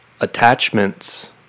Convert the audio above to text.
attachments